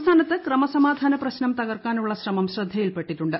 സംസ്ഥാനത്ത് ക്രമസമാധാനപ്രശ്നം തകർക്കാനുള്ള ശ്രമം ശ്രദ്ധയിൽ പെട്ടിട്ടുണ്ട്